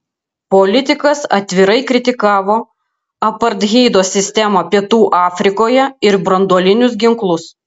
politikas atvirai kritikavo apartheido sistemą pietų afrikoje ir branduolinius ginklus